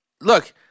look